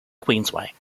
queensway